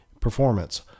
performance